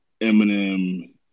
Eminem